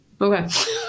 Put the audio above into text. Okay